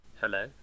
Hello